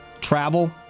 travel